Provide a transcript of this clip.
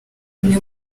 umwe